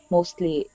Mostly